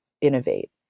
innovate